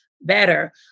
better